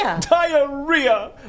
Diarrhea